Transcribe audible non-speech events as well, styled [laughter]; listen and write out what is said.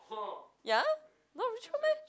[noise] ya not Rachel meh